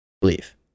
believe